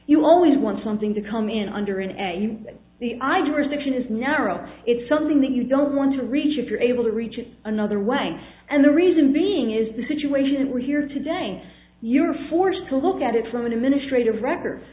you always want something to come in under an a in the idea or section is narrow it's something that you don't want to reach if you're able to reach it another way and the reason being is the situation we're here today you're forced to look at it from an administrative records